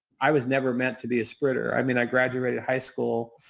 i was never meant to be a sprinter. i mean, i graduated high school.